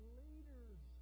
leaders